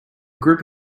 group